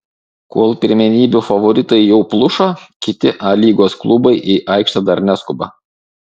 kol pirmenybių favoritai jau pluša kiti a lygos klubai į aikštę dar neskuba